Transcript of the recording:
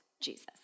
Jesus